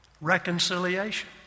Reconciliation